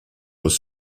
was